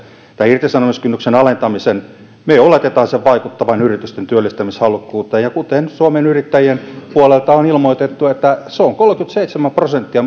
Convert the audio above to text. tämän irtisanomiskynnyksen alentamisen me oletamme vaikuttavan yritysten työllistämishalukkuuteen ja kuten suomen yrittäjien puolelta on ilmoitettu se on kolmekymmentäseitsemän prosenttia